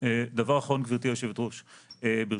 דבר אחרון, ברשותך,